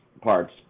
parts